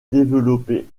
développé